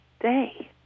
day